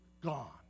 gone